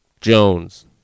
Jones